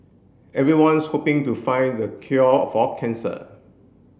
everyone's hoping to find the cure for cancer